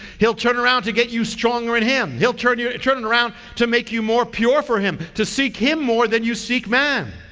he'll turn around to get you stronger in him. he'll turn you, turn it around to make you more pure for him. to seek him more than you seek man.